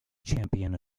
champion